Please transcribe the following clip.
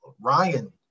Ryan